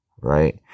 Right